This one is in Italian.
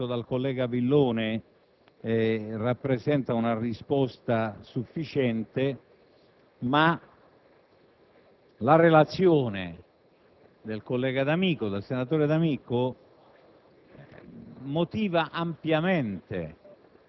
quanto con molta dottrina detto dal collega Villone rappresenta una risposta sufficiente, ma la relazione del collega D'Amico motiva